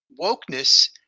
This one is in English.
wokeness